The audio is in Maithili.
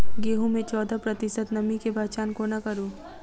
गेंहूँ मे चौदह प्रतिशत नमी केँ पहचान कोना करू?